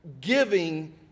giving